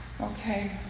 Okay